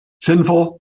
sinful